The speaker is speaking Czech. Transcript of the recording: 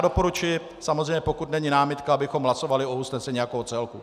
Doporučuji, pokud není námitka, abychom hlasovali o usnesení jako o celku.